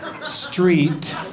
Street